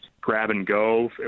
grab-and-go